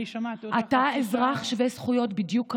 אתה אזרח שווה זכויות בדיוק כמוני.